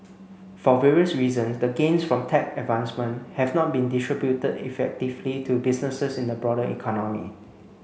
for various reasons the gains from tech advancement have not been distributed effectively to businesses in the broader economy